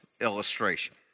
illustration